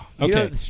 Okay